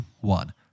one